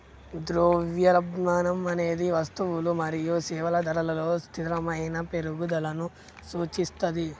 ద్రవ్యోల్బణం అనేది వస్తువులు మరియు సేవల ధరలలో స్థిరమైన పెరుగుదలను సూచిస్తది